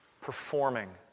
performing